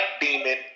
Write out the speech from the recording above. demon